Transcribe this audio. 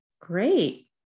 Great